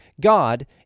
God